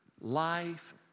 life